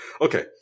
okay